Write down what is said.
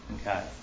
Okay